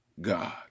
God